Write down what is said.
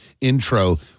intro